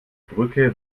brücke